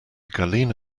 gallina